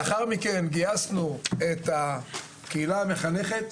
לאחר מכן גייסנו את הקהילה המחנכת,